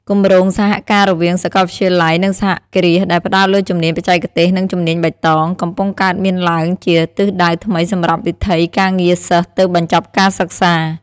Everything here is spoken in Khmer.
គម្រោងសហការរវាងសាកលវិទ្យាល័យ និងសហគ្រាសដែលផ្តោតលើជំនាញបច្ចេកទេស និងជំនាញបៃតង កំពុងកើតមានឡើងជាទិសដៅថ្មីសម្រាប់វិថីការងារសិស្សទើបបញ្ចប់ការសិក្សា។